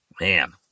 Man